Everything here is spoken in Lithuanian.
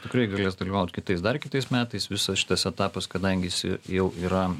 tikrai galės dalyvaut kitais dar kitais metais visas šitas etapas kadangi jis jau yra